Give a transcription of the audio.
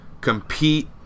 compete